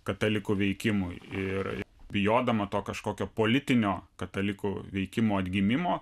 katalikų veikimui ir bijodama to kažkokio politinio katalikų veikimo atgimimo